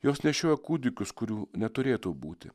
jos nešioja kūdikius kurių neturėtų būti